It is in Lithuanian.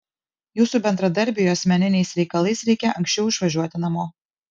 jūsų bendradarbiui asmeniniais reikalais reikia anksčiau išvažiuoti namo